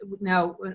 now